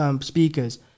speakers